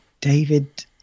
David